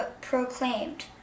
proclaimed